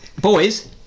boys